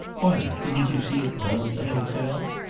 why, didn't you see it all at the hotel?